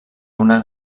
una